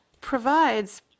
provides